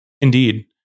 Indeed